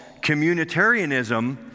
communitarianism